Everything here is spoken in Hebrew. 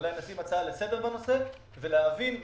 כאשר כל אחד יכול לקחת שני שליש